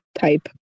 type